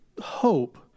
hope